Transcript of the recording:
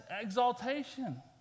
exaltation